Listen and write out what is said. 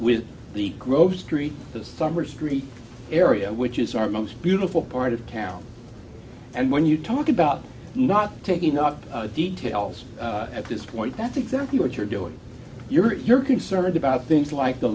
with the grow street the summer street area which is our most beautiful part of town and when you talk about not taking up details at this point that's exactly what you're doing you're you're concerned about things like the